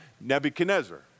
Nebuchadnezzar